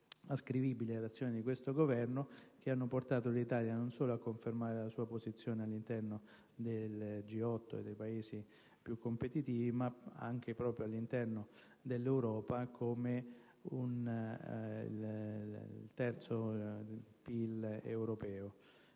ascrivibili all'azione di questo Governo, hanno portato l'Italia a confermare la sua posizione non solo all'interno del G8 e dei Paesi più competitivi, ma anche all'interno dell'Europa, con il terzo PIL europeo.